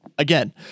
Again